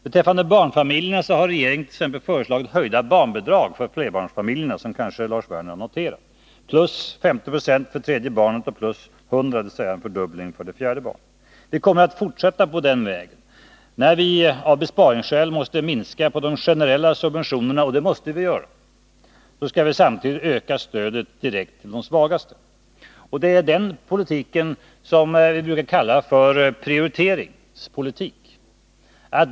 Beträffande barnfamiljerna har regeringen t.ex. föreslagit höjda barnbidrag för flerbarnsfamiljer, vilket kanske Lars Werner har noterat — plus 50 96 för tredje barnet och plus 100 20, dvs. en fördubbling, för det fjärde. Vi kommer att fortsätta på den vägen. När vi av besparingsskäl minskar de generella subventionerna — och det måste vi göra — skall vi samtidigt öka stödet direkt till de svagaste. Det är den politiken som vi brukar kalla prioriteringspolitik.